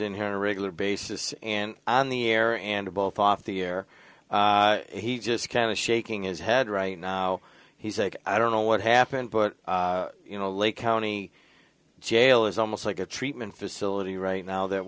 in here a regular basis and on the air and both off the air he just kind of shaking his head right now he's like i don't know what happened but you know lake county jail is almost like a treatment facility right now that